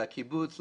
לקיבוץ,